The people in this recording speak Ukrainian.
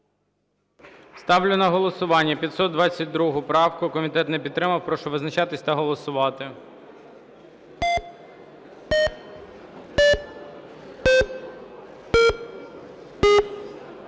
Ставлю на голосування 522 правку. Комітет не підтримав. Прошу визначатись та голосувати.